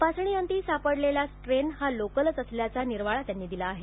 तपासणीअंती सापडलेला स्ट्रेन हा लोकलच असल्याचा निर्वाळा त्यांनी दिला आहे